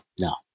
no